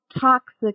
toxic